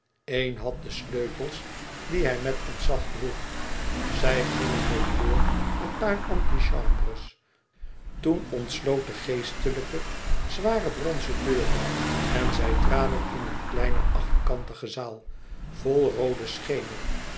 een had de sleutels die hij met ontzag droeg zij gingen nog door een paar antichambres toen ontsloot de geestelijke zware bronzen deuren en zij traden in een kleine achtkantige zaal vol rooden schemer